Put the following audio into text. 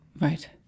right